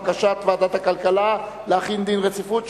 בקשת ועדת הכלכלה להחיל דין רציפות,